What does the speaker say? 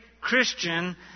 Christian